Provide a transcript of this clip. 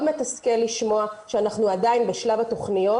מאוד מסתכל לשמוע שאנחנו עדיין בשלב התוכניות,